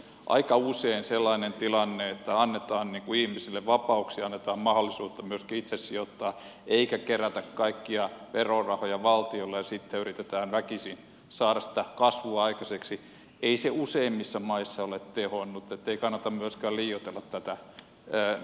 aika usein sellainen tilanne että annetaan ihmisille vapauksia annetaan mahdollisuutta myöskin itse sijoittaa eikä kerätä kaikkia verorahoja valtiolle ja sitten yritetä väkisin saada sitä kasvua aikaiseksi on useimmissa maissa tehonnut niin ettei kannata myöskään liioitella tätä kurjistavaa vaikutusta